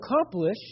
accomplish